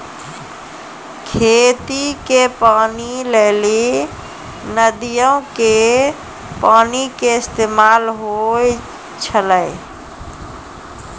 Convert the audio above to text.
खेती के पानी लेली नदीयो के पानी के इस्तेमाल होय छलै